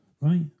right